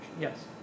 Yes